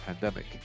pandemic